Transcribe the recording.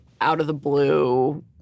out-of-the-blue